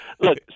Look